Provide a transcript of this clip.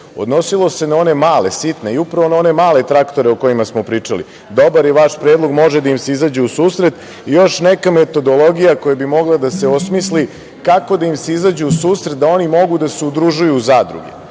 odnosilo se na one male sitne, i upravo na one male traktore o kojima smo pričali. Dobar je vaš predlog, može da im se izađe u susret i još neka metodologija koja bi mogla da im se osmisli kako da im se izađe u susret da oni mogu da se udružuju u zadruge.